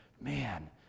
man